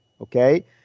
Okay